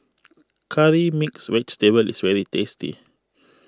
Curry Mixed Vegetable is very tasty